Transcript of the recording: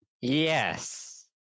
Yes